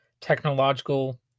technological